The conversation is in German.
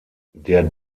der